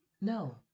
No